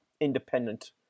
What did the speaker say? independent